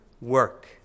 work